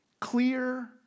clear